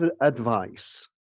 advice